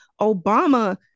Obama